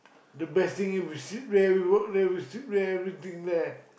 the best thing if we sleep there we work there we sleep there everything there